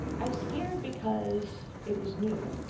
i was scared because it was new.